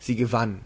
sie gewann